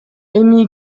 эми